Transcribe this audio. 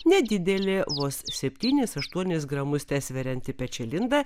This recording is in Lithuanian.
nedidelė vos septynis aštuonis gramus tesverianti pečialinda